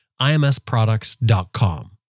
IMSProducts.com